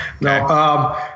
No